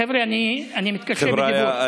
חבר'ה, אני מתקשה בדיבור.